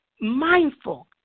mindful